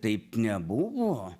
taip nebuvo